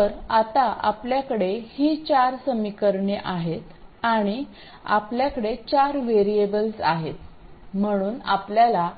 तर आता आपल्याकडे ही चार समीकरणे आहेत आणि आपल्याकडे चार व्हेरिएबल्स आहेत म्हणून आपल्याला